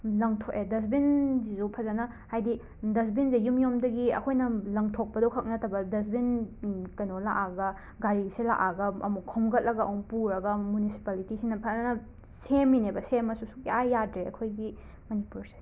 ꯂꯪꯊꯣꯛꯑꯦ ꯗꯁꯕꯤꯟꯁꯤꯁꯨ ꯐꯖꯅ ꯍꯥꯏꯗꯤ ꯗꯁꯕꯤꯟꯁꯦ ꯌꯨꯝ ꯌꯨꯝꯗꯒꯤ ꯑꯩꯈꯣꯏꯅ ꯂꯪꯊꯣꯛꯄꯗꯨꯈꯛ ꯅꯠꯇꯕ ꯗꯁꯕꯤꯟ ꯀꯩꯅꯣ ꯂꯥꯛꯑꯒ ꯒꯥꯔꯤꯁꯦ ꯂꯥꯛꯑꯒ ꯑꯃꯨꯛ ꯈꯣꯝꯒꯠꯂꯒ ꯑꯃꯨꯛ ꯄꯨꯔꯒ ꯑꯃꯨ ꯃꯨꯅꯤꯁꯤꯄꯥꯂꯤꯇꯤꯁꯤꯅ ꯐꯖꯅ ꯁꯦꯝꯃꯤꯅꯦꯕ ꯁꯦꯝꯃꯁꯨ ꯁꯨꯛꯌꯥ ꯌꯥꯗ꯭ꯔꯦ ꯑꯩꯈꯣꯏꯒꯤ ꯃꯅꯤꯄꯨꯔꯁꯦ